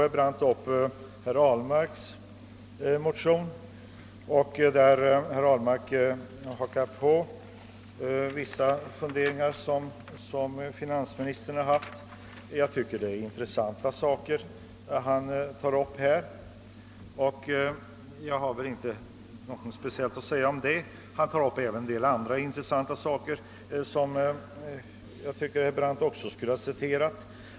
Herr Brandt berörde herr Ahlmarks motion. Herr Ahlmark tar upp vissa funderingar som finansministern har haft. Jag tycker det är intressanta saker som herr Ahlmark berör. Jag har inte något speciellt att säga om det. Han tar även upp en del andra intressanta saker, som jag tycker att herr Brandt också skulle ha citerat.